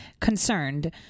Concerned